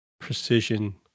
precision